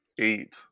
eight